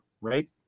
right